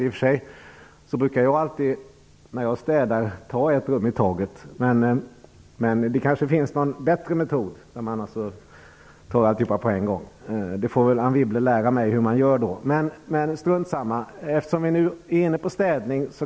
I och för sig brukar jag när jag städar alltid ta ett rum i taget, men det kanske finns någon bättre metod där man tar alltihop på en gång. Anne Wibble får väl lära mig hur man gör. Men strunt detsamma!